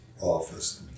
office